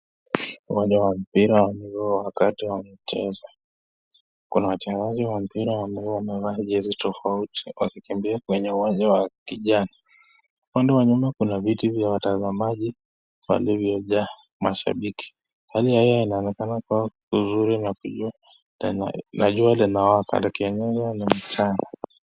Uwanja wa mpira ambao ni wakati wa kucheza, kuna wachezaji wa mpira ambao wamevaa jesi tofauti wakikimbia kwenye uwanja ya kijani. Upande wa nyuma kuna viti vya watazamaji na vimejaa mashabiki, mandhari hayo yanaonekana kua nzuri na jua linawaka kuonyesha pia ni mchana.